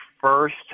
first